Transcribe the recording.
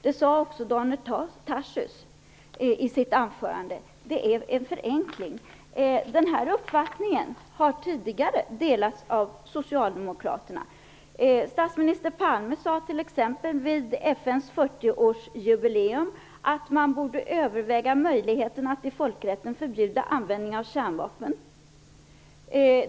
Det sade också Daniel Tarschys i sitt anförande. Det är en förenkling. Denna uppfattning har tidigare delats av Socialdemokraterna. Statsminister Palme sade t.ex. vid FN:s 40-års-jubileum att man borde överväga möjligheten att i folkrätten förbjuda användning av kärnvapen.